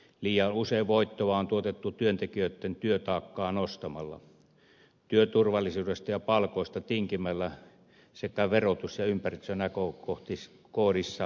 liian usein voittoa on tuotettu työntekijöiden työtaakkaa nostamalla työturvallisuudesta ja palkoista tinkimällä sekä verotus ja ympäristönäkökohdissa keplottelemalla